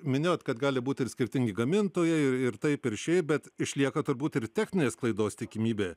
minėjoe kad gali būti ir skirtingi gamintojai ir ir taip ir šiaip bet išlieka turbūt ir techninės klaidos tikimybė